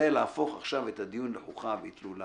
זה להפוך עכשיו את הדיון לחוכא ואיטלולא.